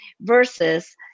versus